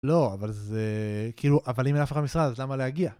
לא אבל זה כאילו אבל אם אין אף אחד במשרד למה להגיע.